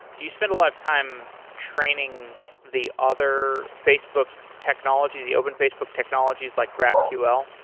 do you spend a lot of time training the other facebook technology, the open facebook technologies, like graphql?